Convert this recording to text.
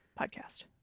Podcast